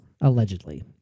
allegedly